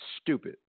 stupid